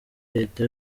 leta